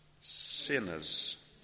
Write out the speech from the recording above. sinners